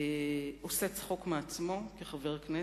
עושה צחוק מעצמו כחבר כנסת,